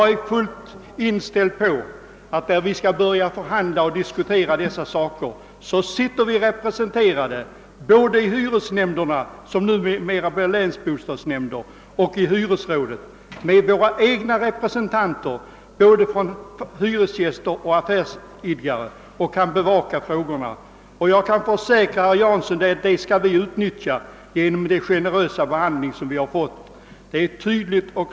När vi skall börja diskutera och förhandla om dessa frågor sitter vi också representerade både i hyresnämnderna — som numera blir länsorgan — och i hyresrådet. Våra representanter för både hyresgäster och affärsidkare kan därför bevaka de frågorna, och jag kan försäkra herr Jansson att vi skall utnyttja den ställning som den generösa behandlingen har givit oss.